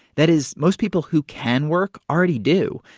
that is, most people who can work already do,